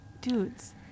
dudes